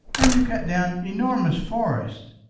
and you cut down enormous forests,